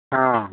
ꯑꯥ